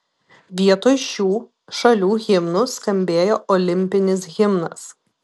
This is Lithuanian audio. vietoj šių šalių himnų skambėjo olimpinis himnas